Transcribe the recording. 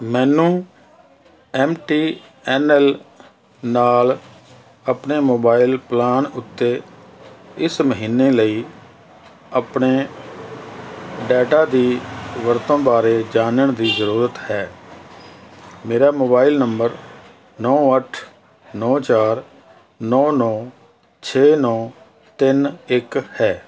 ਮੈਨੂੰ M T N L ਨਾਲ ਆਪਣੇ ਮੋਬਾਈਲ ਪਲਾਨ ਉੱਤੇ ਇਸ ਮਹੀਨੇ ਲਈ ਆਪਣੇ ਡੇਟਾ ਦੀ ਵਰਤੋਂ ਬਾਰੇ ਜਾਣਨ ਦੀ ਜ਼ਰੂਰਤ ਹੈ ਮੇਰਾ ਮੋਬਾਈਲ ਨੰਬਰ ਨੌਂ ਅੱਠ ਨੌਂ ਚਾਰ ਨੌਂ ਨੌਂ ਛੇ ਨੌਂ ਤਿੰਨ ਇੱਕ ਹੈ